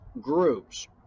groups